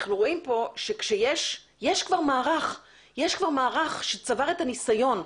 אנחנו רואים פה שיש כבר מערך שצבר את הניסיון,